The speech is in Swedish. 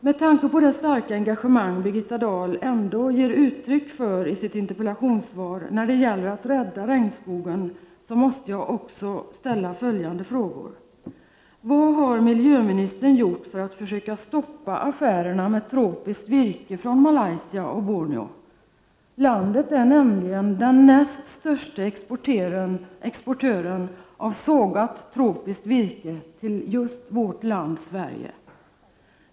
Med tanke på det starka engagemang Birgitta Dahl ändå ger uttryck för i sitt interpellationssvar när det gäller att rädda regnskogen måste jag också ställa följande frågor: Vad har miljöministern gjort för att försöka stoppa affärerna med tropiskt virke från Malaysia och Borneo? Landet är nämligen den näst största exportören av sågat tropiskt virke till Sverige.